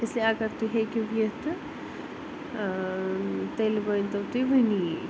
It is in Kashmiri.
اس لیے اگر تُہۍ ہیٚکِو یِتھ تہٕ ٲں تیٚلہِ ؤنۍ تو تُہۍ وُنی یی